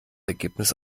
ergebnis